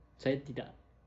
saya tidak